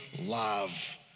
love